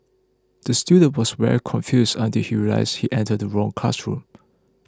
the student was very confused until he realised he entered the wrong classroom